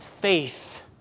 faith